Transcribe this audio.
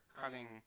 cutting